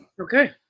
Okay